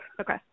okay